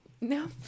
No